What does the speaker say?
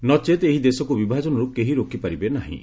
ନଚେତ ଏହି ଦେଶକୁ ବିଭାଜନରୁ କେହି ରୋକିପାରିବେ ନାହିଁ